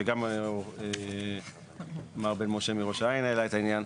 וגם מר בן משה העלה את העניין,